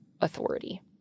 authority